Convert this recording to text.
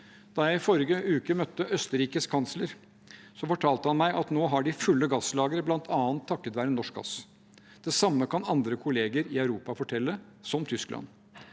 Da jeg forrige uke møtte Østerrikes kansler, fortalte han meg at de nå har fulle gasslagre bl.a. takket være norsk gass. Det samme kan andre kollegaer i Europa fortelle, som Tyskland.